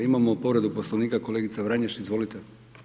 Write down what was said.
Imamo povredu Poslovnika, kolegica Vranješ izvolite.